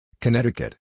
Connecticut